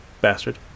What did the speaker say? Bastard